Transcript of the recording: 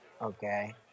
okay